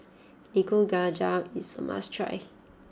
Nikujaga is a must try